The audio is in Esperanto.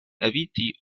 eviti